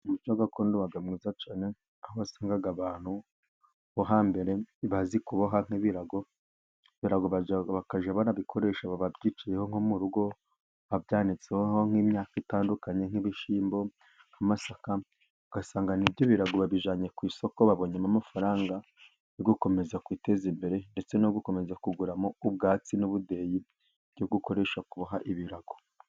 Umuco gakondo uba mwiza cyane, aho wasangaga abantu bo hambere bazi kuboha nk'ibirago bakajya barabikoresha babyicyaraho nko mu rugo, babyanitseho nk'imyaka itandukanye nk'ibishyimbo, amasaka ,ugasanga nibyo birago babijyanye ku isoko bakabonamo amafaranga yo gukomeza kwiteza imbere, ndetse no gukomeza kuguramo ubwatsi n'ubudehe byo gukoresha kuha ibirago.